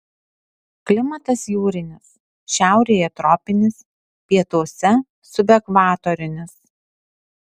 klimatas jūrinis šiaurėje tropinis pietuose subekvatorinis